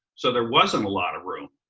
so there wasn't a lot of room.